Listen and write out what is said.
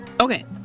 Okay